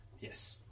Yes